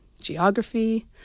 geography